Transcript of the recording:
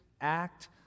act